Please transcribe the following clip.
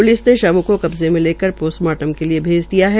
police ने शवों को कब्जे में लेकर पोस्टमार्टम के लिये भेज दिया है